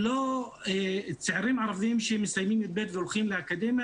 צעירים ערבים שמסיימים י"ב והולכים לאקדמיה,